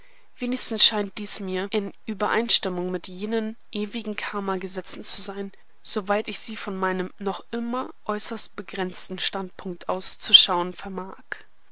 wenigstens scheint dies mir in übereinstimmung mit jenen ewigen karma gesetzen zu sein soweit ich sie von meinem noch immer äußerst begrenzten standpunkt aus zu schauen vermag